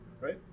right